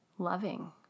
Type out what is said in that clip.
loving